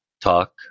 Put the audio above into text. talk